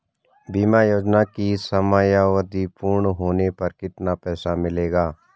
बीमा योजना की समयावधि पूर्ण होने पर कितना पैसा मिलेगा?